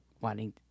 wanting